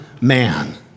man